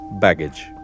Baggage